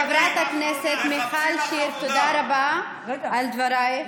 חברת הכנסת מיכל שיר, תודה רבה על דברייך.